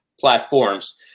platforms